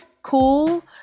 cool